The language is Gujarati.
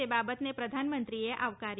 તે બાબતને પ્રધાનમંત્રીએ આવકારી છે